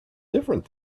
different